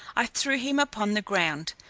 i threw him upon the ground,